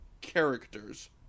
characters